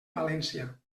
valència